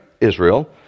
Israel